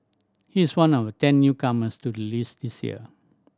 he is one of ten newcomers to the list this year